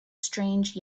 strange